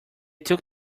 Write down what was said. took